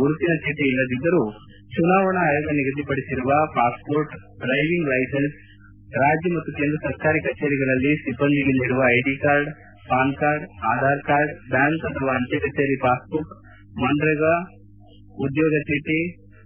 ಗುರುತಿನ ಚೀಟ ಇಲ್ಲದಿದ್ದರೂ ಚುನಾವಣಾ ಆಯೋಗ ನಿಗದಿ ಪಡಿಸಿರುವ ಪಾಸ್ಹೋರ್ಟ್ ಡ್ರೈವಿಂಗ್ ಲೈಸನ್ಸ್ ರಾಜ್ಯ ಮತ್ತು ಕೇಂದ್ರ ಸರ್ಕಾರಿ ಕಛೇರಿಗಳಲ್ಲಿ ಸಿಬ್ಬಂದಿಗೆ ನೀಡುವ ID card PAN card Aadhaar card bank ಅಥವಾ ಅಂಚೆ ಕಛೇರಿ ಪಾಸ್ ಬುಕ್ ಮನ್ರೇಗ ಉದ್ಲೋಗ ಚೀಟ